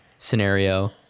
scenario